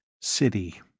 City